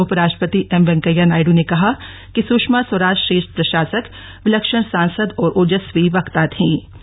उप राष्ट्रपति एम वेंकैया नायडू ने कहा कि सुषमा स्वाराज श्रेष्ठ प्रशासक विलक्षण सांसद और ओजस्वी वक्ता थीं